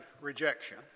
rejection